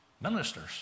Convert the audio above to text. ministers